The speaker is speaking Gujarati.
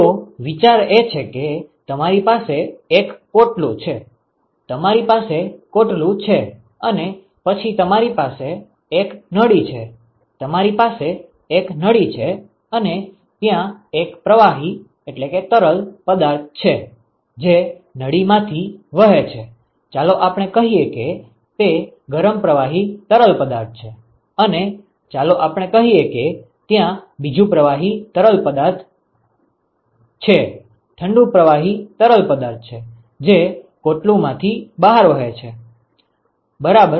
તો વિચાર એ છે કે તમારી પાસે એક કોટલું છે તમારી પાસે કોટલું છે અને પછી તમારી પાસે એક નળી છે તમારી પાસે એક નળી છે અને ત્યાં એક પ્રવાહી તરલ પદાર્થ છે જે નળીમાંથી વહે છે ચાલો આપણે કહીએ કે તે ગરમ પ્રવાહી તરલ પદાર્થ છે અને ચાલો આપણે કહીએ કે ત્યાં બીજું પ્રવાહી તરલ પદાર્થ છે ઠંડુ પ્રવાહી તરલ પદાર્થ છે જે કોટલું માંથી વહે છે બરાબર